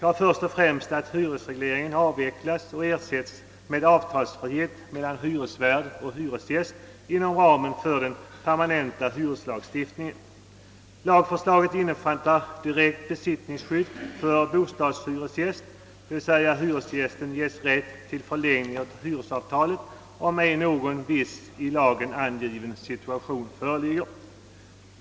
Jo, först och främst att hyresregleringen skall avvecklas och ersättas med avtalsfrihet mellan hyresvärd och hyresgäst inom ramen för den permanenta hyreslagstiftningen. Lagförslaget innefattar direkt besittningsskydd för bostadshyresgäst, om ej någon viss, i lagen angiven situation föreligger.